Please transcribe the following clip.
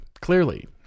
Clearly